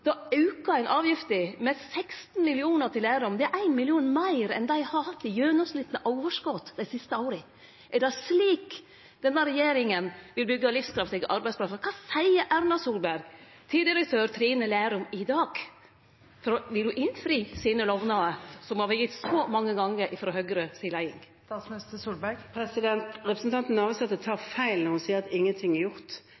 då auka ein avgifta med 16 mill. kr for Lerum. Det er 1 mill. kr meir enn dei har hatt av overskot i gjennomsnitt dei siste åra. Er det slik denne regjeringa vil byggje livskraftige arbeidsplassar? Kva seier Erna Solberg til direktør Trine Lerum Hjellhaug i dag? Vil ho innfri sine lovnader, som ho og Høgre-leiinga har gitt så mange gonger?